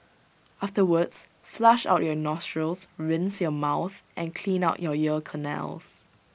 afterwards flush out your nostrils rinse your mouth and clean out you ear canals